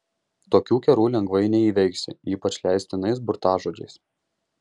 tokių kerų lengvai neįveiksi ypač leistinais burtažodžiais